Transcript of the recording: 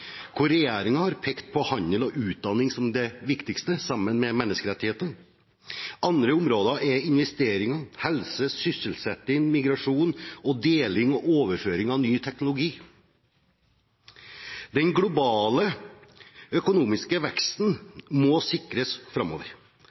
hvor regjeringen har pekt på handel og utdanning som det viktigste sammen med menneskerettigheter. Andre områder er investeringer, helse, sysselsetting, migrasjon og deling og overføring av ny teknologi. Den globale økonomiske veksten må sikres framover.